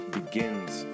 begins